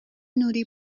نوری